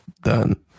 done